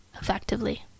effectively